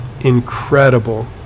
incredible